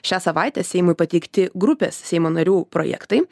šią savaitę seimui pateikti grupės seimo narių projektai